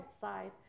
side